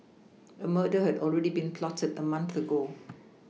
a murder had already been plotted a month ago